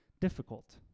difficult